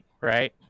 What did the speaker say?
right